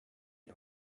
die